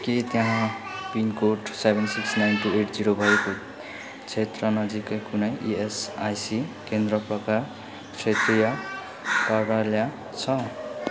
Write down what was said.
के त्यहाँ pincode seven six nine two eight zero भएको क्षेत्र नजिकै कुनै इएसआइसी केन्द्र प्रकार क्षेत्रीय कार्यालय छ